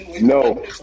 No